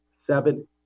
Seven